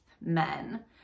men